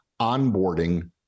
onboarding